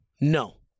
No